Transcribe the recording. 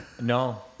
No